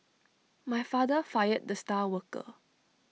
my father fired the star worker